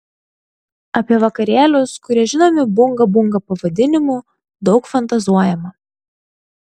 apie vakarėlius kurie žinomi bunga bunga pavadinimu daug fantazuojama